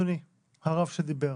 אדוני הרב שדיבר,